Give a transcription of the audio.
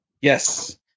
Yes